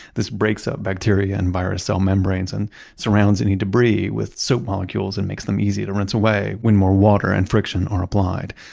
this breaks up bacteria and virus cell membranes and surrounds any debris with soap molecules and makes them easy to rinse away when more water and friction are applied.